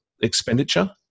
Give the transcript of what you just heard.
expenditure